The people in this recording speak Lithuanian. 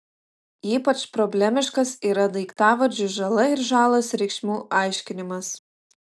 ypač problemiškas yra daiktavardžių žala ir žalas reikšmių aiškinimas